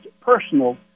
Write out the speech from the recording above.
personal